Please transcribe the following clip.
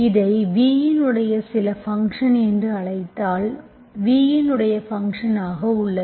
இதை v இன் சில ஃபங்க்ஷன் என்று அழைத்தால் v இன் ஃபங்க்ஷன் ஆக உள்ளது